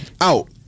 out